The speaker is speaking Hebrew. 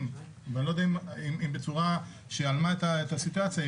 ואני לא יודע אם בצורה שהלמה את הסיטואציה,